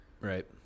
right